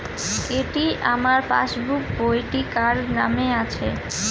এটি আমার পাসবুক বইটি কার নামে আছে?